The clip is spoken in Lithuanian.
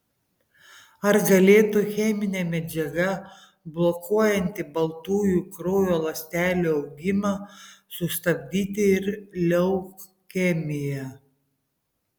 ar galėtų cheminė medžiaga blokuojanti baltųjų kraujo ląstelių augimą sustabdyti ir leukemiją